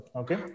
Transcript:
okay